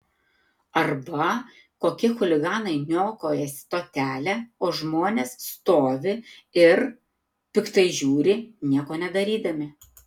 arba kokie chuliganai niokoja stotelę o žmonės stovi ir piktai žiūri nieko nedarydami